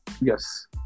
Yes